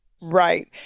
Right